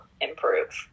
improve